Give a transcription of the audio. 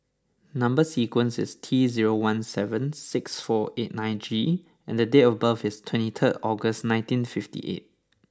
number sequence is T zero one seven six four eight nine G and date of birth is twenty third August nineteen fifty eight